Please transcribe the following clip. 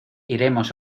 iremos